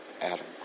Adam